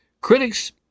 critics